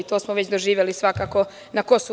To smo već doživeli svakako na KiM.